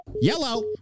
Yellow